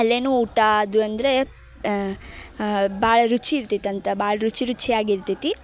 ಅಲ್ಲೇನು ಊಟ ಅದು ಅಂದರೆ ಭಾಳ ರುಚಿ ಇರ್ತೈತಿ ಅಂತ ಭಾಳ ರುಚಿ ರುಚಿ ಆಗಿರ್ತೈತಿ